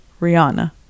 Rihanna